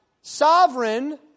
sovereign